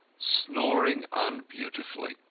snoring unbeautifully.